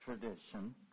Tradition